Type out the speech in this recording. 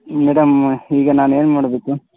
madam ಈಗ ನಾನೇನು ಮಾಡಬೇಕು